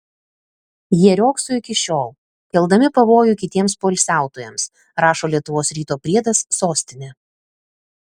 jie riogso iki šiol keldami pavojų kitiems poilsiautojams rašo lietuvos ryto priedas sostinė